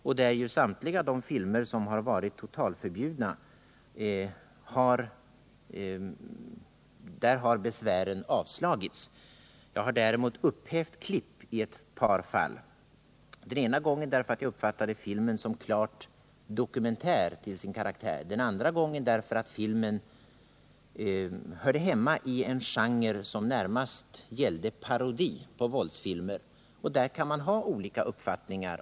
När det gäller samtliga de filmer som har varit totalförbjudna av byrån har ju besvären avslagits. Jag har däremot upphävt klipp i ett par fall. I det ena gjorde jag det därför att jag uppfattade filmen som klart dokumentär till sin karaktär. Den andra gången gjorde jag det därför att filmen hörde hemma i en genre som närmast är att bedöma som en parodi på våldsfilmer. I sådana fall kan man ha olika uppfattningar.